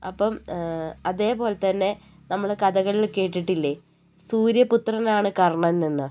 അപ്പം അതേപോലെത്തന്നെ നമ്മൾ കഥകളിൽ കേട്ടിട്ടില്ലേ സൂര്യപുത്രനാണ് കർണ്ണൻ എന്ന്